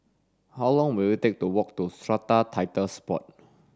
how long will it take to walk to Strata Titles Board